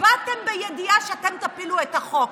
הצבעתם בידיעה שאתם תפילו את החוק.